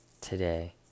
today